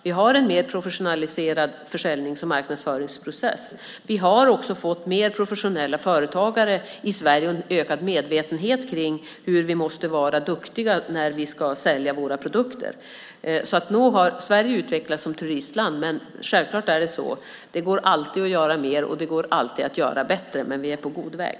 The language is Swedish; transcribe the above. Vi har en mer professionaliserad försäljnings och marknadsföringsprocess. Vi har också fått mer professionella företagare i Sverige och en ökad medvetenhet om att vi måste vara duktiga när vi ska sälja våra produkter. Nog har Sverige utvecklats som turistland, men självklart går det alltid att göra mer och det går alltid att göra det bättre - men vi är på god väg.